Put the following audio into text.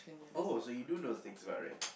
oh so do you those things about rent